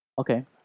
Okay